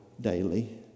daily